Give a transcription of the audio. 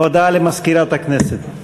הודעה למזכירת הכנסת.